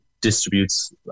distributes